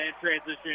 transition